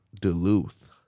duluth